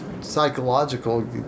psychological